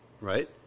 right